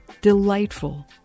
delightful